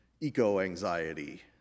eco-anxiety